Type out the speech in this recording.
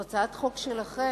זו הצעת חוק שלכם.